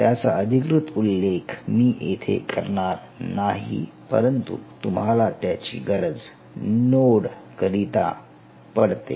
त्याचा अधिकृत उल्लेख मी येथे करणार नाही परंतु तुम्हाला त्याची गरज नोड करिता पडते